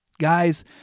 Guys